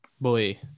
boy